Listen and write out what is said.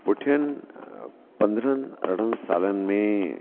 पुठियनि पंद्रहंनि अरिड़हनि सालनि में